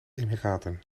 emiraten